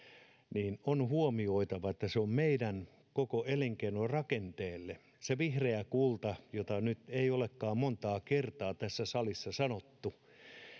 niin on huomioitava että se on meidän koko elinkeinorakenteelle se vihreä kulta mitä nyt ei olekaan montaa kertaa tässä salissa sanottu